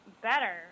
better